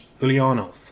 Ulyanov